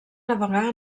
navegar